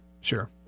Sure